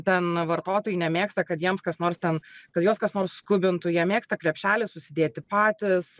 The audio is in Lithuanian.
ten vartotojai nemėgsta kad jiems kas nors ten kad juos kas nors skubintų jie mėgsta krepšelį susidėti patys